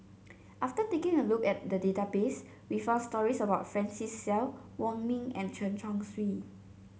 after taking a look at the database we found stories about Francis Seow Wong Ming and Chen Chong Swee